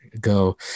go